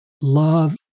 Love